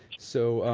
so,